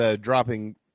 dropping